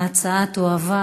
ההצעה תועבר